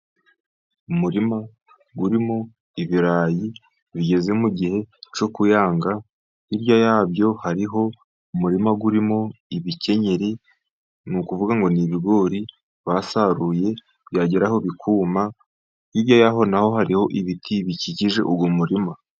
Umurima urimo ibirayi bigeze mu gihe cyo kuyanga, hirya yabyo hariho umurima urimo ibikenyeri, ni ukuvuga ngo ni ibigori basaruye byageraho bikuma, hirya yaho na ho hariho ibiti bikikije uyu murima.